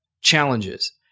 challenges